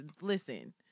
listen